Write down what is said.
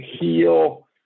heal